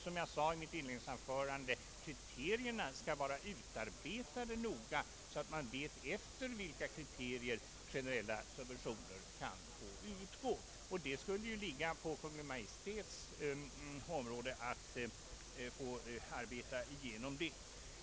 Som jag sade i mitt inledningsanförande skall kriterierna vara noga bestämda, så att företagen vet efter vilka kriterier generella subventioner kan utgå. Det skall ankomma på Kungl. Maj:t att fastställa kriterierna.